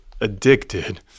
addicted